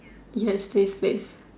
yes stay safe